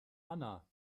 anna